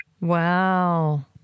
Wow